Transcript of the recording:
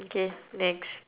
okay next